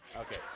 Okay